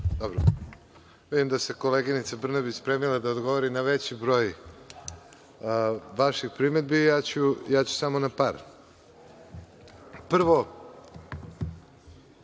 Antić** Vidim da se koleginica Brnabić spremila da odgovori na veći broj vaših primedbi. Ja ću samo na par. Prvo,